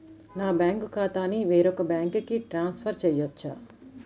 నా బ్యాంక్ ఖాతాని వేరొక బ్యాంక్కి ట్రాన్స్ఫర్ చేయొచ్చా?